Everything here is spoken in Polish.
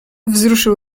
wzruszył